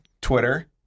twitter